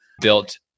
built